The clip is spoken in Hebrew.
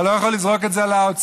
אתה לא יכול לזרוק את זה על האוצר.